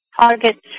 targets